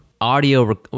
audio